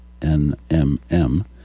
NMM